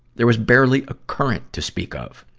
there was barely a current to speak of.